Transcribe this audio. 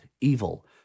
evil